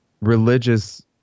religious